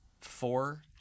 four